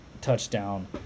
touchdown